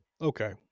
Okay